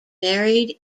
married